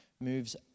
moves